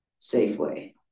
Safeway